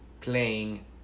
playing